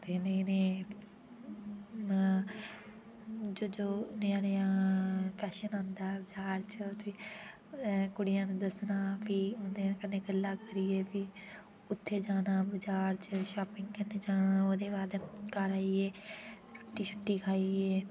ते नेह् नेह् अअअ जो जो नया नया फैशन आंदा ऐ बज़ार च ऐ कुड़ियां नूं दस्सना भी उ'न्दे कन्नै गल्लां करियै भी उ'त्थें जाना बज़ार च शॉपिंग करन जाना ओह्दे बाद घर आइयै रुट्टी शुट्टी खाइयै